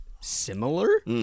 similar